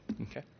Okay